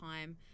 time